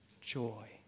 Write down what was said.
joy